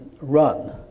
run